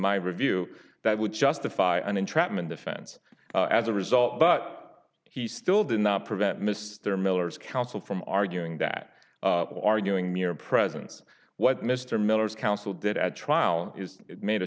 my view that would justify an entrapment defense as a result but he still did not prevent mr miller's counsel from arguing that arguing mere presence what mr miller's counsel did at trial is made a